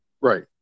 Right